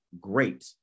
great